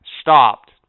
Stopped